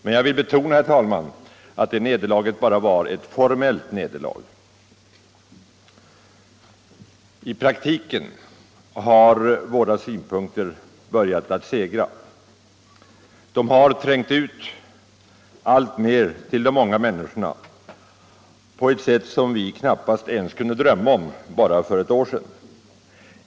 Men jag vill betona, herr talman, att det nederlaget bara var ett formellt nederlag. I praktiken har våra synpunkter börjat segra. De har trängt ut alltmer till de många människorna på ett sätt som vi knappast ens kunnat drömma om bara för ett år sedan.